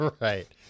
Right